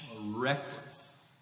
reckless